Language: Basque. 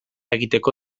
egiteko